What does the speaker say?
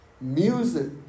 Music